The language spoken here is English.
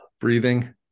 breathing